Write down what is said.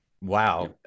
Wow